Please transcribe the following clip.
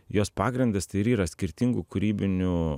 jos pagrindas tai ir yra skirtingų kūrybinių